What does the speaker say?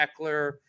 Eckler